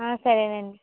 సరేనండి